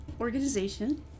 organization